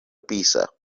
pizza